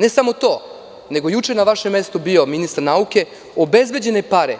Ne samo to, nego je juče na vašem mestu bio ministar nauke, obezbeđene pare,